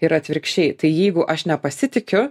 ir atvirkščiai tai jeigu aš nepasitikiu